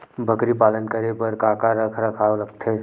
बकरी पालन करे बर काका रख रखाव लगथे?